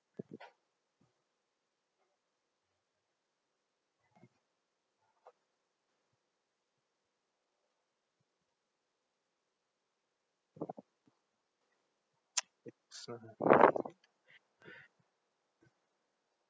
it's not